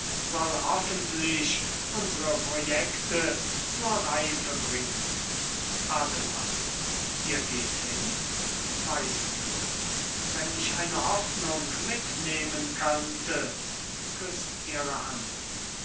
hoffentlich unsere projekte zur reife bringen adelheid ihr geht hin weislingen wenn ich eine hoffnung mitnehmen könnte